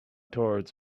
towards